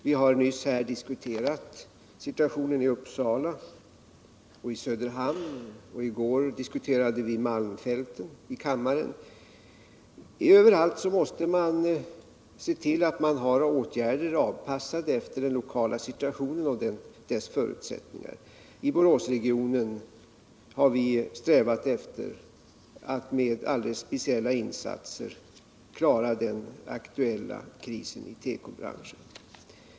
Vi har här nyss diskuterat situationen i Uppsala och i Söderhamn. I går diskuterade vi malmfälten här i kammaren. Överallt måste man se till att man har åtgärder, avpassade efter den lokala situationen och dess förutsättningar. I Boråsregionen har vi strävat efter att med alldeles speciella insatser klara den aktuella krisen i tekobranschen.